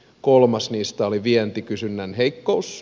kolmas niistä oli vientikysynnän heikkous